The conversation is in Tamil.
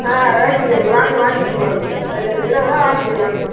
ஆ ரைட்டுங்க நீங்கள் வாங்க வாங்கிக்கங்க வந்து கொஞ்சம் இருபது ரூபா வாங்கிக்கங்க வந்து